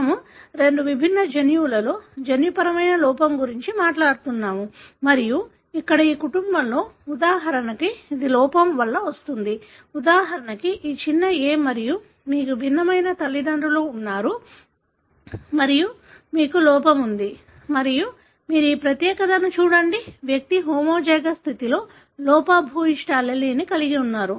మనము రెండు విభిన్న జన్యువులలో జన్యుపరమైన లోపం గురించి మాట్లాడుతున్నాము మరియు ఇక్కడ ఈ కుటుంబంలో ఉదాహరణకు ఇది లోపం వల్ల వస్తుంది ఉదాహరణకు ఈ చిన్న a మరియు మీకు భిన్నమైన తల్లిదండ్రులు ఉన్నారు మరియు మీకు లోపం ఉంది మరియు మీరు ఈ ప్రత్యేకతను చూడండి వ్యక్తి హోమోజైగస్ స్థితిలో లోపభూయిష్ట allele కలిగి ఉన్నాడు